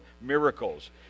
miracles